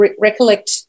recollect